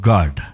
God